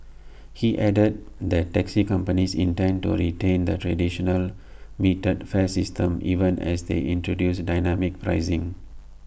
he added that taxi companies intend to retain the traditional metered fare system even as they introduce dynamic pricing